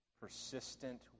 persistent